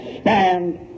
stand